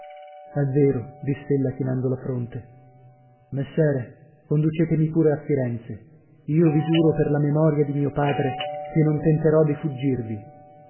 mano è vero diss'ella chinando la fronte messere conducetemi pure a firenze io vi giuro per la memoria di mio padre che non tenterò di fuggirvi